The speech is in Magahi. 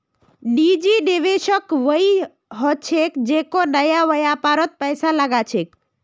निजी निवेशक वई ह छेक जेको नया व्यापारत पैसा लगा छेक